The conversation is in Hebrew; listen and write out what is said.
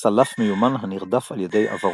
צלף מיומן הנרדף על ידי עברו.